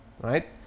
right